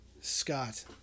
Scott